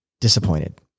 disappointed